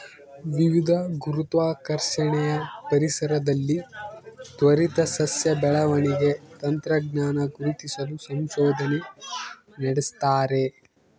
ವಿವಿಧ ಗುರುತ್ವಾಕರ್ಷಣೆಯ ಪರಿಸರದಲ್ಲಿ ತ್ವರಿತ ಸಸ್ಯ ಬೆಳವಣಿಗೆ ತಂತ್ರಜ್ಞಾನ ಗುರುತಿಸಲು ಸಂಶೋಧನೆ ನಡೆಸ್ತಾರೆ